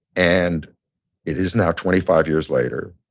and it is now twenty five years later.